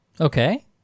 Okay